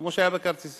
כמו שהיה בכרטיסיות,